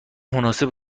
مناسب